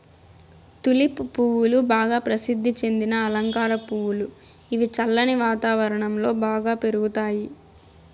tulip పువ్వులు బాగా ప్రసిద్ది చెందిన అలంకార పువ్వులు, ఇవి చల్లని వాతావరణం లో బాగా పెరుగుతాయి